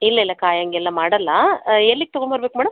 ಇಲ್ಲ ಇಲ್ಲ ಕಾಯೋಂಗೆಲ್ಲ ಮಾಡೋಲ್ಲ ಎಲ್ಲಿಗೆ ತಗೊಂಬರಬೇಕು ಮೇಡಮ್